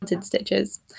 stitches